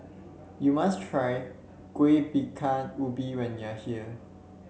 you must try Kuih Bingka Ubi when you are here